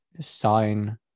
sign